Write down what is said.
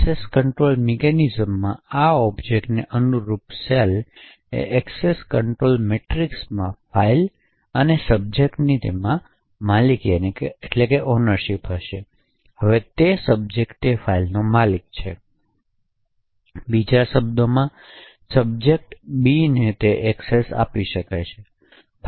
access control matrix તરીકે આ ઑબ્જેક્ટને અનુરૂપ સેલ એક્સેસ કંટ્રોલ મેટ્રિક્સમાં ફાઇલ અને સબ્જેક્ટની તેમાં માલિકી હશે હવે તે સબ્જેક્ટ તે ફાઇલનો માલિક છે તેથી તે બીજો સબ્જેક્ટ બીની એક્સેસ આપી શકે છે